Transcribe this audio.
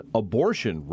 abortion